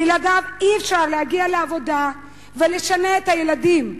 בלעדיו אי-אפשר להגיע לעבודה ולשנע את הילדים.